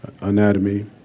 anatomy